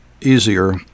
easier